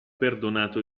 perdonato